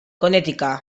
connecticut